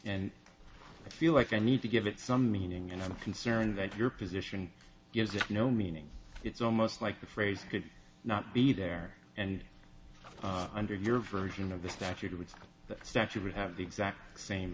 and i feel like i need to give it some meaning and i'm concerned that your position is that no meaning it's almost like the phrase could not be there and under your version of the statute or with the statute would have the exact same